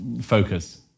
focus